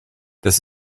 das